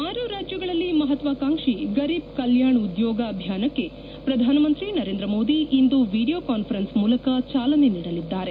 ಆರು ರಾಜ್ಯಗಳಲ್ಲಿ ಮಪತ್ವಾಕಾಂಕ್ಷಿ ಗರೀಬ್ ಕಲ್ಕಾಣ ಉದ್ಯೋಗ ಅಭಿಯಾನಕ್ಕೆ ಪ್ರಧಾನಮಂತ್ರಿ ನರೇಂದ್ರ ಮೋದಿ ಇಂದು ವಿಡಿಯೊ ಕಾನ್ಫರೆನ್ಸ್ ಮೂಲಕ ಚಾಲನೆ ನೀಡಲಿದ್ದಾರೆ